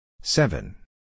seven